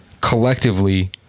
collectively